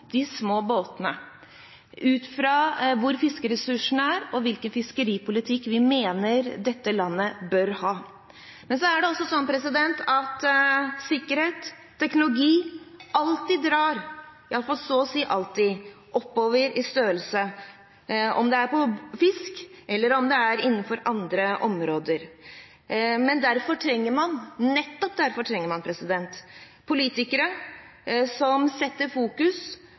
de små båtene, ut fra hvor fiskeressursene er og hvilken fiskeripolitikk vi mener dette landet bør ha. Men det er også slik at sikkerhet og teknologi så å si alltid drar oppover i størrelse, enten det gjelder fiske eller andre områder. Nettopp derfor trenger man politikere som setter rammebetingelser, som hegner om de områdene som det er